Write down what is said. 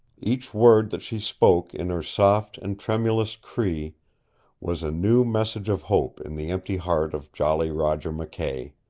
each word that she spoke in her soft and tremulous cree was a new message of hope in the empty heart of jolly roger mckay.